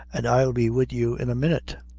an' i'll be with you in a minute.